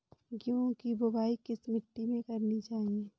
गेहूँ की बुवाई किस मिट्टी में करनी चाहिए?